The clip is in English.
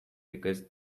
because